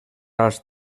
als